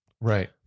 Right